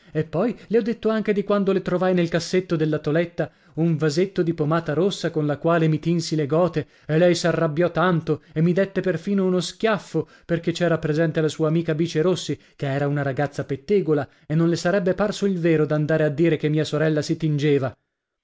e poi le ho detto anche di quando le trovai nel cassetto della toeletta un vasetto di pomata rossa con la quale mi tinsi le gote e lei s'arrabbiò tanto e mi dette perfino uno schiaffo perché c'era presente la sua amica bice rossi che era una ragazza pettegola e non le sarebbe parso il vero d'andare a dire che mia sorella si tingeva